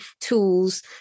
tools